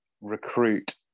recruit